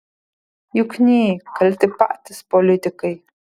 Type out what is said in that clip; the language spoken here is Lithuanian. jukny kalti patys politikai